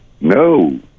no